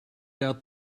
out